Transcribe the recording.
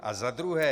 A za druhé.